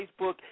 Facebook